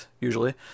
usually